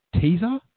teaser